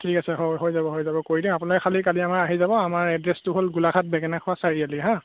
ঠিক আছে হৈ হৈ যাব হৈ যাব কৰি দিম আপুনি খালি কালি আমাৰ আহি যাব আমাৰ এড্ৰেছটো হ'ল গোলাঘাট বেঙেনাখোৱা চাৰিআলি হা